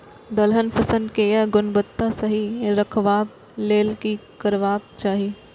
दलहन फसल केय गुणवत्ता सही रखवाक लेल की करबाक चाहि?